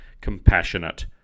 compassionate